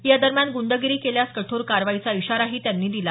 या दरम्यान गुंडगिरी केल्यास कठोर कारवाईचा इशारा त्यांनी दिला